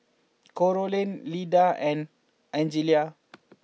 Carolann Lida and Angelia